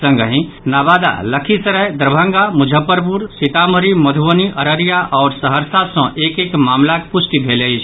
संगहि नवादा लखीसराय दरभंगा मुजफ्फरपुर सीतामढ़ी मधुबनी अररिया आओर सहरसा सँ एक एक मामिलाक पुष्टि भेल अछि